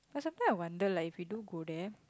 but some time I wonder like if we do go there